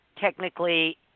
technically